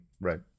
Right